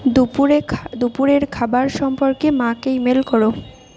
দুপুরের খা দুপুরের খাবার সম্পর্কে মাকে ইমেল করো